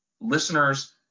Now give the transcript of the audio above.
listeners –